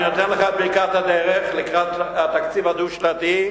אני נותן לך את ברכת הדרך לקראת התקציב הדו-שנתי,